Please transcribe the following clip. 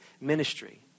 ministry